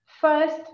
first